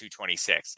226